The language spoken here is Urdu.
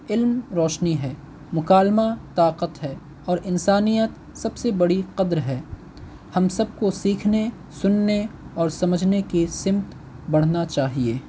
علم روشنی ہے مقالمہ طاقت ہے اور انسانیت سب سے بڑی قدر ہے ہم سب کو سیکھنے سننے اور سمجھنے کی سمت بڑھنا چاہیے